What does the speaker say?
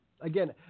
Again